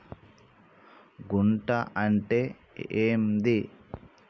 గుంట అంటే ఏంది?